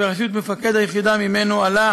בראשות מפקד היחידה, וממנו עלה